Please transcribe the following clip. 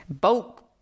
Bulk